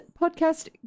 podcast